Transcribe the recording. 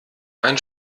ein